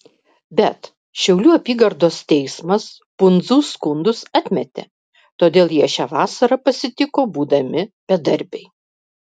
bet šiaulių apygardos teismas pundzų skundus atmetė todėl jie šią vasarą pasitiko būdami bedarbiai